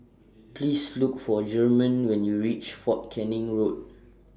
Please Look For German when YOU REACH Fort Canning Road